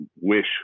wish –